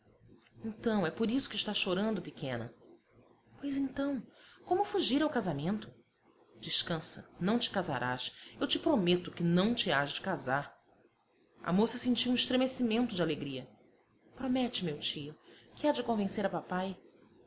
então é por isso que estás chorando pequena pois então como fugir ao casamento descansa não te casarás eu te prometo que não te hás de casar a moça sentiu um estremecimento de alegria promete meu tio que há de convencer a papai